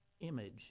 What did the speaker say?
image